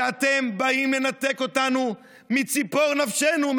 שום נפתלי בנט וקבוצת נוכליו לא ינתקו ילד חרדי מסטנדר הלימוד שלו.